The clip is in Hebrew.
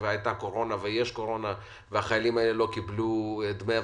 עזבי שהייתה קורונה והחיילים האלה לא קיבלו דמי אבטלה,